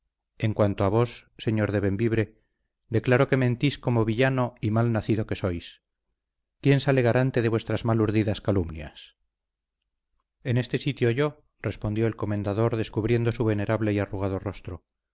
en cuanto a vos señor de bembibre declaro que mentís como villano y mal nacido que sois quién sale garante de vuestras mal urdidas calumnias en este sitio yo respondió el comendador descubriendo su venerable y arrugado rostro